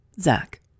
Zach